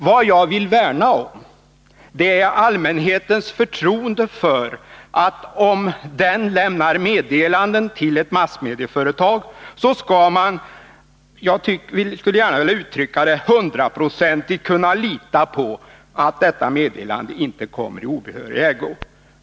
Vad jag vill värna om är allmänhetens förtroende för att om den lämnar meddelanden till ett massmedieföretag skall den — jag vill gärna säga så — hundraprocentigt kunna lita på att de inte kommer i obehörig ägo.